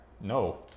No